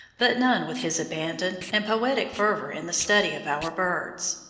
but none with his abandon and poetic fervour in the study of our birds.